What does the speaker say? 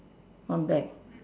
one bag